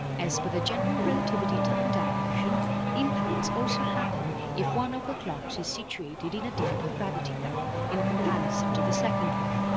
as per but the general relativity time dilation impacts also happen if one of the clocks is situated in a deeper gravity well in comparison to the second one,